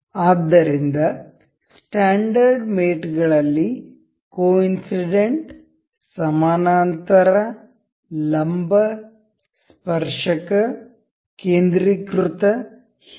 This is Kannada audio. ಆದ್ದರಿಂದ ಸ್ಟ್ಯಾಂಡರ್ಡ್ ಮೇಟ್ ಗಳಲ್ಲಿ ಕೊಇನ್ಸಿಡೆಂಟ್ ಸಮಾನಾಂತರ ಲಂಬ ಸ್ಪರ್ಶಕ ಕೇಂದ್ರೀಕೃತ ಹೀಗೆ